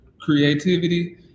creativity